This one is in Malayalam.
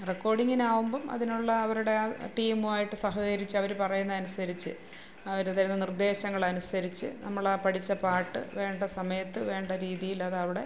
റെക്കോഡിങ്ങിനാവുമ്പം അതിനുള്ള അവരുടെ ആ ടീമുമായിട്ട് സഹകരിച്ചവർ പറയുന്ന അനുസരിച്ച് അവർ തരുന്ന നിർദ്ദേശങ്ങൾ അനുസരിച്ച് നമ്മൾ ആ പഠിച്ച പാട്ട് വേണ്ട സമയത്ത് വേണ്ട രീതിയിൽ അതവിടെ